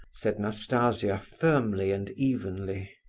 said nastasia, firmly and evenly.